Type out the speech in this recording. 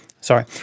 Sorry